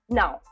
now